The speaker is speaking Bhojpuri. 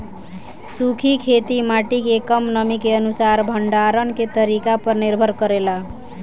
सूखी खेती माटी के कम नमी के अनुसार भंडारण के तरीका पर निर्भर करेला